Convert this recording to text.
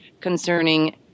concerning